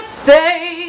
stay